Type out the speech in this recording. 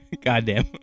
Goddamn